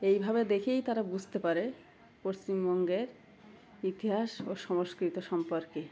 এইভাবে দেখেই তারা বুঝতে পারে পশ্চিমবঙ্গের ইতিহাস ও সংস্কৃত সম্পর্কে